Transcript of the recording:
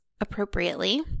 appropriately